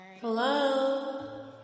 Hello